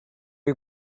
you